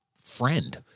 friend